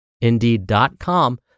Indeed.com